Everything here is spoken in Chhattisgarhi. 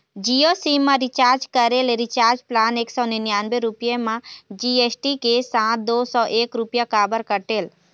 जियो सिम मा रिचार्ज करे ले रिचार्ज प्लान एक सौ निन्यानबे रुपए मा जी.एस.टी के साथ दो सौ एक रुपया काबर कटेल?